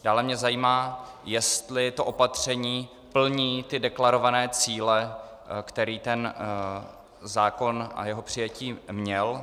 Dále mě zajímá, jestli toto opatření plní deklarované cíle, který ten zákon a jeho přijetí měl.